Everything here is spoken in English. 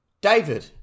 David